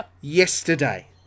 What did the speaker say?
yesterday